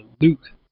Luke